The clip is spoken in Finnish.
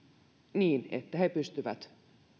niin että he pystyvät